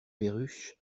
perruche